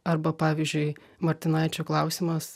arba pavyzdžiui martinaičio klausimas